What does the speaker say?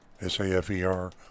S-A-F-E-R